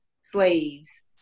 slaves